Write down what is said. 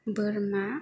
बोरमा